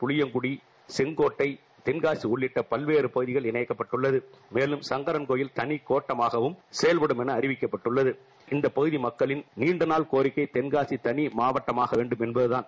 புளியங்குடி செங்கோட்டை தென்காசி உள்ளிட்ட பல்வேறு பகுதிகள் இணைக்கப்பட்டுள்ளது மேலும் சங்கரன் கோவில் தனி கோட்டமாகவும் செயல்படும் என அறிவிக்கப்பட்டுள்ளது மேலும் இந்த பகுதி மக்களின் நீண்ட நாள் கோரிக்கை தென்காசி தனி மாவட்டம் ஆகவேண்டியது என்பதுதான்